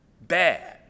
Bad